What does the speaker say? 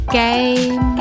game